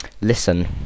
Listen